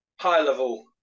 High-level